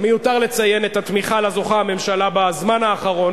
מיותר לציין את התמיכה שלה זוכה הממשלה בזמן האחרון,